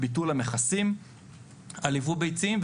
ביטול המכסים על ייבוא ביצים,